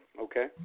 Okay